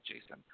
Jason